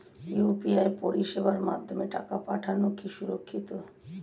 UPI পরিষেবার মাধ্যমে টাকা পাঠানো কি সুরক্ষিত?